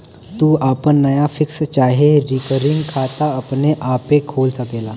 तू आपन नया फिक्स चाहे रिकरिंग खाता अपने आपे खोल सकला